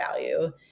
value